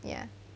ya